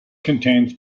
contains